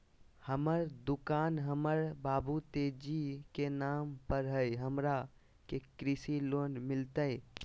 हमर दुकान हमर बाबु तेजी के नाम पर हई, हमरा के कृषि लोन मिलतई?